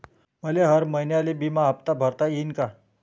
मले हर महिन्याले बिम्याचा हप्ता भरता येईन का?